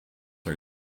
are